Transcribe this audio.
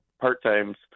part-times